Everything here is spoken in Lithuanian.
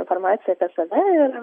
informaciją apie save ir